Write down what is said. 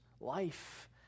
life